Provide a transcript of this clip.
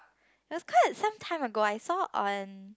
was quite some time ago I saw on